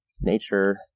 Nature